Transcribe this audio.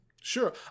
Sure